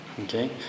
Okay